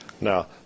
Now